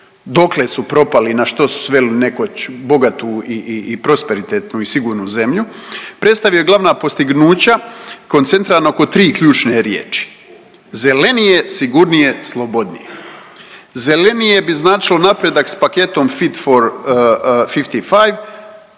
dokle su propali i na što su sveli nekoć bogatu i prosperitetnu i sigurnu zemlju predstavio je glavna postignuća koncentrirano oko tri ključne riječi, zelenije, sigurnije, slobodnije. Zelenije bi značilo napredak s paketom „Fit for 55“